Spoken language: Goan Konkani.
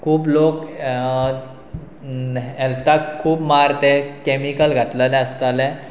खूब लोक हेल्थाक खूब मार ते कॅमिकल घातलेलें आसताले